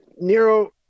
Nero